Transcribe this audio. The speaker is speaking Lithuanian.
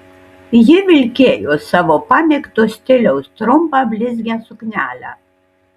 ji vilkėjo savo pamėgto stiliaus trumpą blizgią suknelę